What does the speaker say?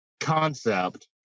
concept